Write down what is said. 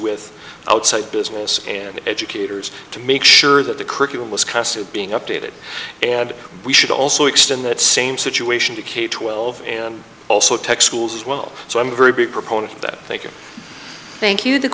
with outside business and educators to make sure that the curriculum was cast being updated and we should also extend that same situation to k twelve and also tech schools as well so i'm very big proponent of that thank you thank you the